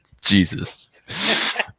Jesus